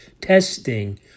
testing